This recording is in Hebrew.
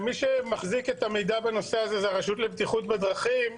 מי שמחזיק את המידע בנושא הזה היא הרשות לבטיחות בדרכים,